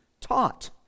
taught